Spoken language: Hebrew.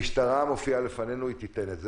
המשטרה מופיעה בפנינו והיא תיתן את זה,